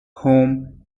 home